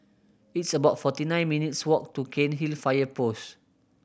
it's about forty nine minutes' walk to Cairnhill Fire Post